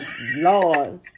Lord